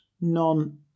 None